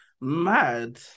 mad